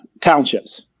Townships